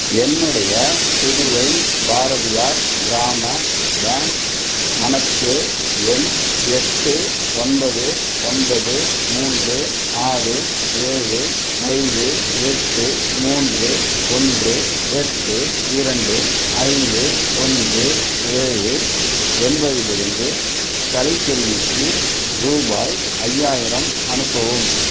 என்னுடைய புதுவை பாரதியார் கிராம பேங்க் கணக்கு எண் எட்டு ஒன்பது ஒன்பது மூன்று ஆறு ஏழு ஐந்து எட்டு மூன்று ஒன்று எட்டு இரண்டு ஐந்து ஒன்று ஏழு என்பதிலிருந்து கலைச்செல்விக்கு ரூபாய் ஐயாயிரம் அனுப்பவும்